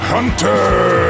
Hunter